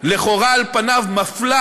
לכאורה על פניה מפלה